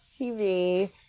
TV